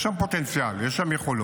יש שם פוטנציאל, יש שם יכולות.